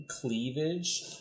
cleavage